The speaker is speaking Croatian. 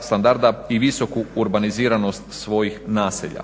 standarda i visoku urbaniziranost svojih naselja.